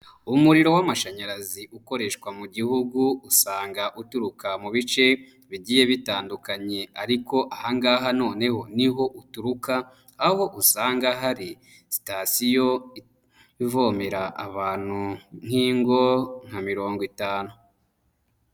Umuriro w'amashanyarazi ukoreshwa mu gihugu, usanga uturuka mu bice bigiye bitandukanye ariko aha ngaha noneho niho uturuka, aho usanga hari sitasiyo ivomera abantu nk'ingo nka mirongo itanu.